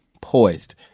poised